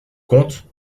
comte